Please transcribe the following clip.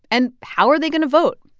and how are they going to vote?